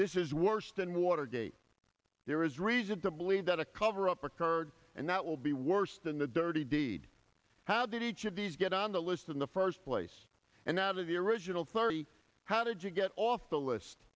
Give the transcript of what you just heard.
this is worse than watergate there is reason to believe that a cover up occurred and that will be worse than the dirty deed how did each of these get on the list in the first place and that of the original thirty how did you get off the list